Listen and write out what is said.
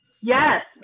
Yes